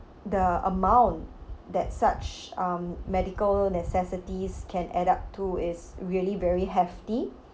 the amount that such um medical necessities can add up to is really very hefty